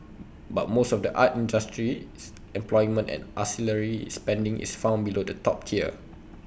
but most of the art industry's employment and ancillary spending is found below the top tier